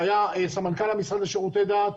שהיה סמנכ"ל המשרד לשירותי דת,